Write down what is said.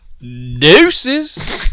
Deuces